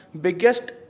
biggest